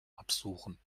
absuchen